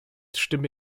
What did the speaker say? stimme